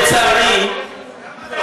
לצערי,